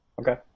Okay